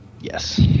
yes